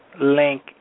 link